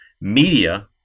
Media